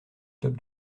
top